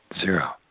Zero